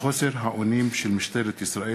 וחוסר האונים של משטרת ישראל.